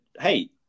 Hey